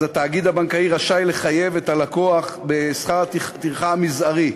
התאגיד הבנקאי רשאי לחייב את הלקוח בשכר טרחה מזערי,